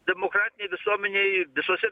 demokratinėj visuomenėj visose